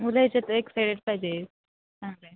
मुलं याच्यात एक्साईटेड पाहिजे चांगलं आहे